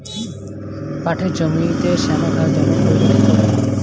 পাটের জমিতে শ্যামা ঘাস দমন করবো কি করে?